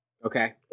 Okay